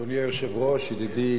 אדוני היושב-ראש, ידידי